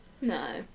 No